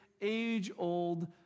age-old